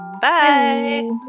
Bye